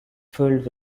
filled